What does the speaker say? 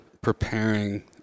preparing